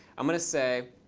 i'm going to say,